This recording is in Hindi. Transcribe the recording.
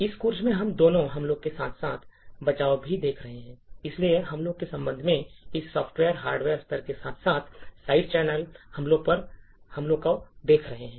इस कोर्स में हम दोनों हमलों के साथ साथ बचाव भी देख रहे हैं इसलिए हमलों के संबंध में हम सॉफ्टवेयर हार्डवेयर स्तर के साथ साथ साइड चैनल हमलों पर हमलों को देख रहे हैं